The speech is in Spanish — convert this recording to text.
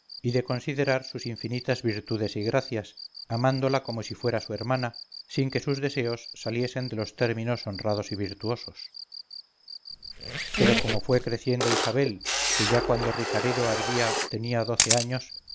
y de considerar sus infinitas virtudes y gracias amándola como si fuera su hermana sin que sus deseos saliesen de los términos honrados y virtuosos pero como fue creciendo isabel que ya cuando ricaredo ardía tenía doce años